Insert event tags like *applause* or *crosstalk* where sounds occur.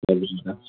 *unintelligible*